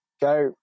go